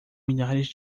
milhares